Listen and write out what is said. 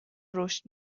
رشد